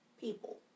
people